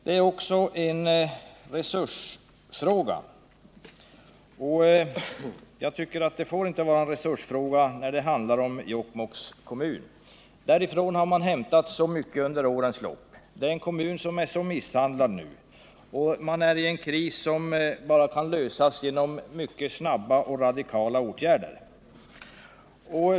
Det är också en resursfråga, säger han. Jag tycker att det inte får vara en resursfråga när det handlar om Jokkmokks kommun. Därifrån har man hämtat väldigt mycket under årens lopp. Det är en kommun som är synnerligen misshandlad och som befinner sig i en kris som bara kan lösas genom mycket snabba och radikala åtgärder.